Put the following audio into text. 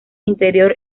interior